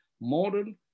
modern